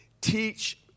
teach